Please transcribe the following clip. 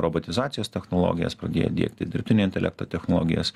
robotizacijos technologijas pradėjo diegti dirbtinio intelekto technologijas